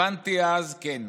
הבנתי אז, כן,